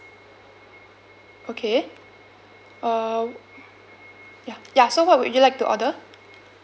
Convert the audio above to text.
okay uh ya ya so what would you like to order